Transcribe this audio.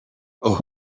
اوه